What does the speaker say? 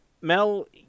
Mel